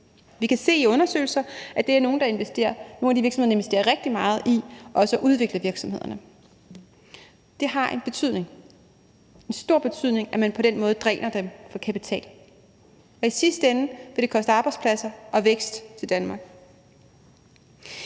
Vi kan se i undersøgelser, at det er nogle af de virksomheder, der investerer rigtig meget i også at udvikle virksomhederne. Det har en betydning – en stor betydning – at man på den måde dræner dem for kapital, og i sidste ende vil det koste arbejdspladser og vækst for Danmark.